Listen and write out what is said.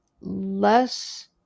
less